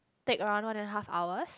take around one and a half hours